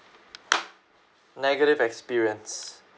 negative experience